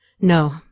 No